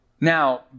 Now